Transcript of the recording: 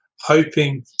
hoping